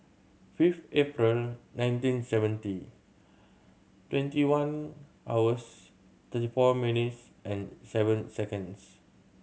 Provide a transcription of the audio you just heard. fifth April nineteen seventy twenty one hours thirty four minutes and seven seconds